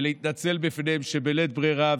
ולהתנצל בפניהם שבלית ברירה,